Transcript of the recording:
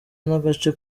n’agace